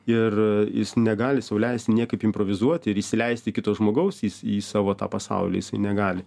ir jis negali sau leisti niekaip improvizuoti ir įsileisti kito žmogaus į savo tą pasaulį jisai negali